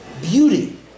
beauty